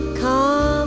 come